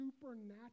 supernatural